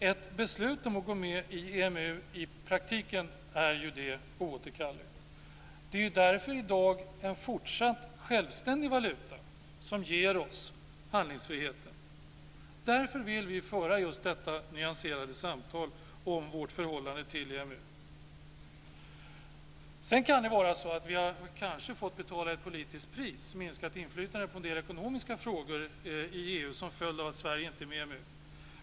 Ett beslut om att gå med i EMU är ju i praktiken oåterkalleligt. Det är därför i dag en fortsatt självständig valuta som ger oss handlingsfriheten. Därför vill vi föra just detta nyanserade samtal om vårt förhållande till EMU. Sedan kan det vara så att vi kanske har fått betala ett politiskt pris, dvs. ett minskat inflytande i en del ekonomiska frågor i EU som följd av att Sverige inte är med i EMU.